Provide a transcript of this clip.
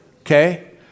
Okay